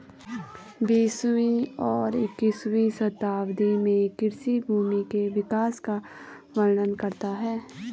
बीसवीं और इक्कीसवीं शताब्दी में कृषि भूमि के विकास का वर्णन करता है